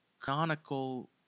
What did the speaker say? conical